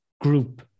group